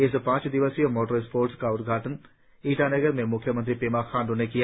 इस पांच दिवसिय मोटर स्पोर्ट्स का उद्घाटन ईटानगर में मुख्यमंत्री पेमा खांडू ने किया